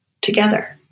together